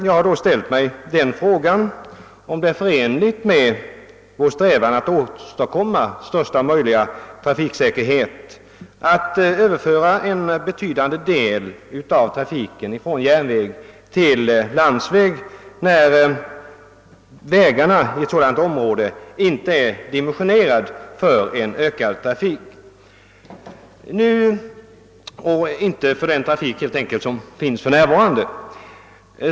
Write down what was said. Jag har ställt mig frågan, om det är förenligt med vår strävan att åstadkomma största möjliga trafiksäkerhet att överföra en betydande del av trafiken från järnväg till landsväg, då vägarna i detta område inte är dimensionerade för en ökad trafik. De är inte ens dimensionerade för den trafik som för närvarande förekommer.